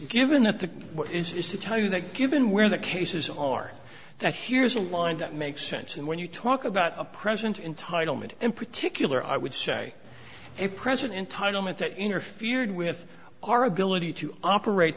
given that the is is to tell you that given where the cases are that here's a line that makes sense and when you talk about a president entitle me in particular i would say a present entitlement that interfered with our ability to operate